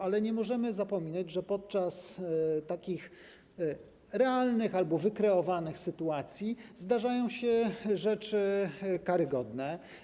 Ale nie możemy zapominać, że podczas takich realnych albo wykreowanych sytuacji zdarzają się rzeczy karygodne.